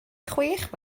chwech